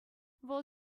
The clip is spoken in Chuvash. вӑл